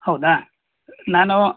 ಹೌದಾ ನಾನು